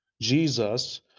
Jesus